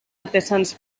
artesans